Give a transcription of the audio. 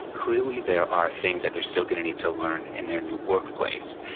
clearly there are things that they're still going to need to learn in their new workplace.